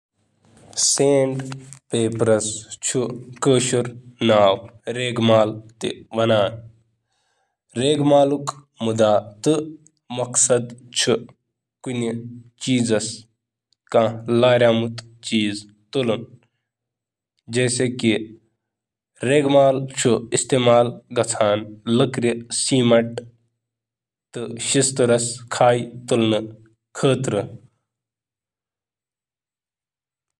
کشمیٖری منٛز سینڈ پیپرُک مطلب چھُ ریگملُک مقصد یُس کُنہِ تہِ میٹلِک مادٕ صاف کرنہٕ یا لٔکرِ ہُنٛد کانٛہہ تہِ لٔکرِ سکریپ کرنہٕ خٲطرٕ استعمال چھُ یِوان کرنہٕ۔